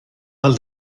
pel